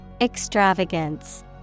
Extravagance